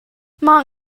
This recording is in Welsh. mae